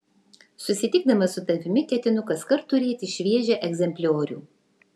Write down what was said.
susitikdamas su tavimi ketinu kaskart turėti šviežią egzempliorių